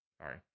Sorry